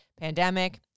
pandemic